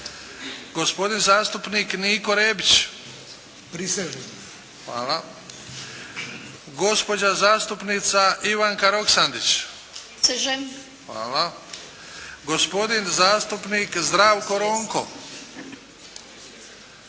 gospodin zastupnik Niko Rebić – prisežem, gospođa zastupnica Ivanka Roksandić – prisežem, gospodin zastupnik Zdravko Ronko,